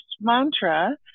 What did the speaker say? mantra